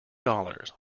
dollars